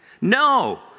No